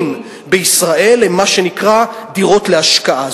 בישראל הן מה שנקרא דירות להשקעה.